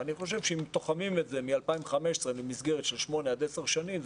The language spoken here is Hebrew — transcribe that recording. ואני חושב שאם תוחמים את זה מ-2015 למסגרת של שמונה עד עשר שנים,